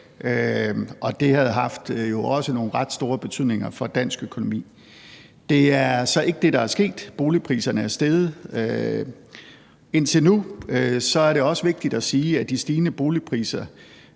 det havde også haft ret stor betydning for dansk økonomi. Det er så ikke det, der er sket. Boligpriserne er steget indtil nu. Det er også vigtigt at sige, at de stigende boligpriser